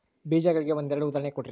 ಬೇಜಗಳಿಗೆ ಒಂದೆರಡು ಉದಾಹರಣೆ ಕೊಡ್ರಿ?